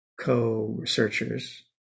co-researchers